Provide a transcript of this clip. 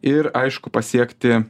ir aišku pasiekti